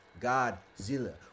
Godzilla